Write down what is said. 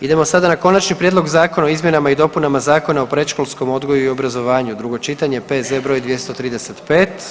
Idemo sada na Konačni prijedlog Zakona o izmjenama i dopunama Zakona o predškolskom odgoju i obrazovanju, drugo čitanje, P.Z. br. 235.